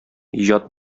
иҗат